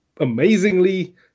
amazingly